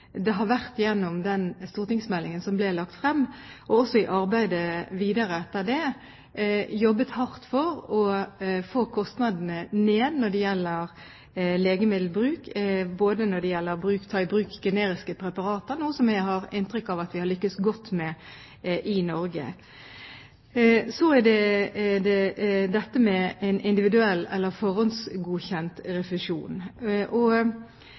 det gjennom den stortingsmeldingen som ble lagt frem, og også i arbeidet videre etter det, har vært jobbet hardt for å få kostnadene ned når det gjelder legemiddelbruk, f.eks. når det gjelder å ta i bruk generiske preparater, noe som jeg har inntrykk av at vi har lyktes godt med i Norge. Så er det dette med individuell eller forhåndsgodkjent refusjon.